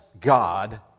God